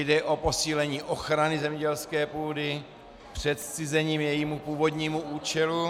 Jde o posílení ochrany zemědělské půdy před zcizením jejímu původnímu účelu.